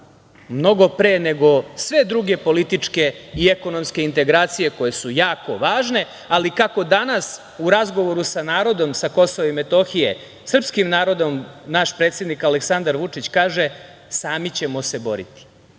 mnogo pre nego sve druge političke i ekonomske integracije koje su jako važne. Kako danas u razgovoru sa narodom sa KiM, srpskim narodom, naš predsednik Aleksandar Vučić kaže - sami ćemo se boriti.